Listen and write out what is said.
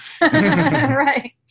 Right